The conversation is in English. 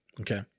Okay